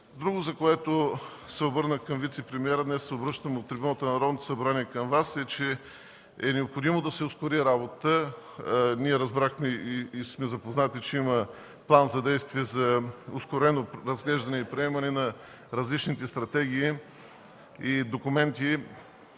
постигнато. Обърнах се към вицепремиера, а днес се обръщам от трибуната на Народното събрание и към Вас, че е необходимо да се ускори работата. Ние разбрахме и сме запознати, че има план за действие за ускорено разглеждане и приемане на различните стратегии и документи,